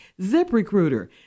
ZipRecruiter